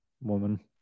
woman